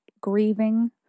grieving